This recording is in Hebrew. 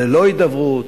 ללא הידברות,